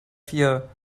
vier